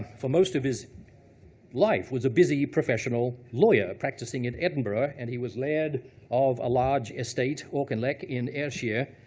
for most of his life, was a busy professional lawyer, practicing in edinburgh. and he was laird of a large estate, auchinleck in ayreshire.